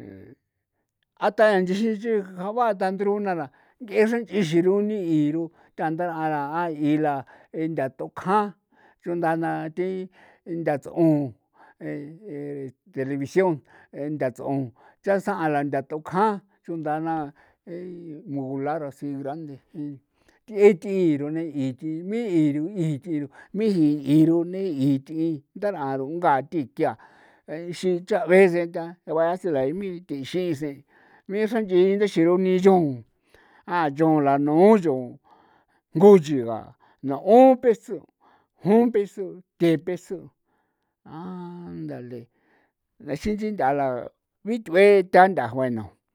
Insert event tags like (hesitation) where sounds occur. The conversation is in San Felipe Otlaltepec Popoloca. (hesitation) ata nchexin nchi kjabaa tandruna la nk'e xra nch'i xiruni iru t'a ndar'a ra a ila e ntha tokjan chunda na thi nthats'on e televisión e nthats'on cha sa'an lantha tokjan chunda (hesitation) mulara así rande th'ie thii rune' ithi mi'i iru thi ru mi'i rune' ith'i ndar'an thi ruungaa thi kia ixin cha' vece ntha guase la e mi' tii xiseen mi xra nch'i nda xiru ni yo a yo la yaa nuu yo nguchiga n'on peso, jon peso, the peso andale nthaxii chint'a la bith'ue ta ntha bueno.